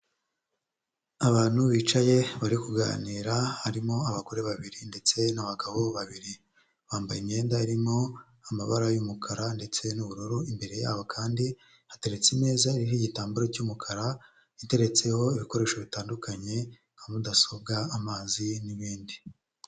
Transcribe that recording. Abantu bicaye bari kuganira harimo abagore babiri ndetse n'abagabo babiri bambaye imyenda irimo amabara y'umukara ndetse n'ubururu imbere yabo kandi hateretse imeza iriho igitambaro cy'umukara iteretseho ibikoresho bitandukanye nka mudasobwa amazi n'ibindi.